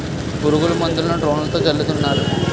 పురుగుల మందులను డ్రోన్లతో జల్లుతున్నారు